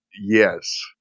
Yes